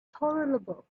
tolerable